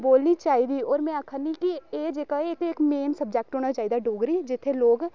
बोलनी चाहिदी होर मै आक्खा नी के एह् जेह्का एह् इक मेन सब्जैक्ट होना चाहिदा डोगरी जित्थे लोग